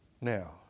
Now